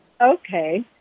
Okay